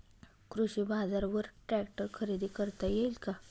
कृषी बाजारवर ट्रॅक्टर खरेदी करता येईल का?